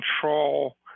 control